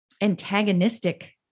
antagonistic